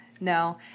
No